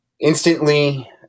instantly